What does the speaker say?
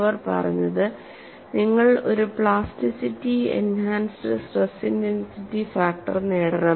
അവർ പറഞ്ഞത് നിങ്ങൾ ഒരു plasticity enhanced stress intensity factor നേടണം